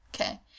Okay